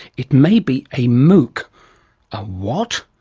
it may be a mooc. a what?